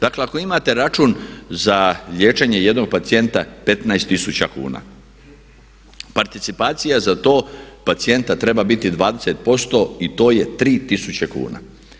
Dakle, ako imate račun za liječenje jednog pacijenta 15 tisuća kuna, participacija za tog pacijenta treba biti 20% i to je 3 tisuće kuna.